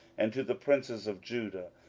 and to the princes of judah,